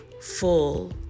full